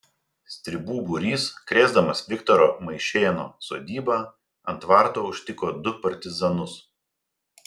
stribų būrys krėsdamas viktoro maišėno sodybą ant tvarto užtiko du partizanus